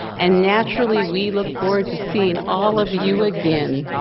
and naturally, we look forward to seeing all of you again.